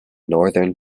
northern